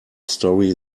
story